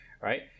right